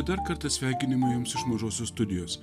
dar kartą sveikinimai jums iš mažosios studijos